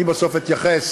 אני בסוף אתייחס